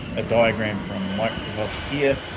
a diagram from microsoft here,